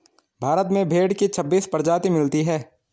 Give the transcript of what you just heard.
भारत में भेड़ की छब्बीस प्रजाति मिलती है